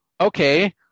okay